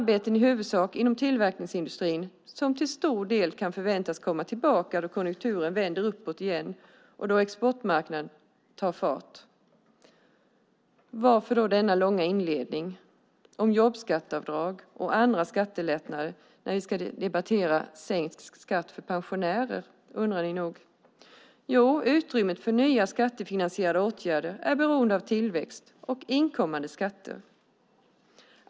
Det handlar i huvudsak om arbeten inom tillverkningsindustrin som till stor del kan förväntas komma tillbaka då konjunkturen vänder uppåt igen och då exportmarknaden tar fart. Varför då denna långa inledning om jobbskatteavdrag och andra skattelättnader när vi ska debattera sänkt skatt för pensionärer, undrar ni nog? Jo, utrymmet för nya skattefinansierade åtgärder är beroende av tillväxt och inkommande skatter.